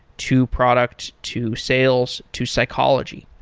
to product, to sales, to psychology.